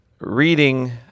reading